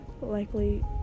likely